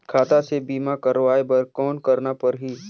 खाता से बीमा करवाय बर कौन करना परही?